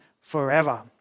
forever